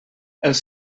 els